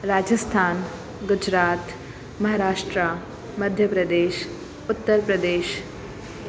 Rajasthan Gujarat Maharashtra Madhya Pradesh Uttar Pradesh